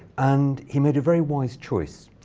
and he made a very wise choice.